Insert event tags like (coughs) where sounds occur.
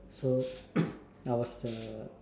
so (coughs) I was the